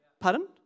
Pardon